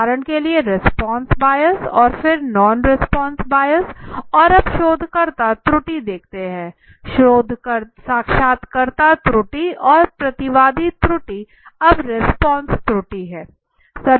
उदाहरण के लिए रिस्पॉन्स बायस और फिर नॉन रिस्पॉन्स बायस और अब शोधकर्ता त्रुटि देखते हैं साक्षात्कारकर्ता त्रुटि और प्रतिवादी त्रुटि अब रिस्पॉन्स त्रुटि है